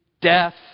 death